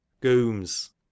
Gooms